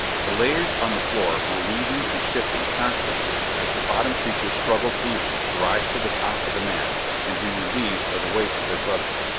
the layers on the floor were weaving and shifting constantly as the bottom creatures struggled feebly to rise to the top of the mass and be relieved of the weight of their brothers.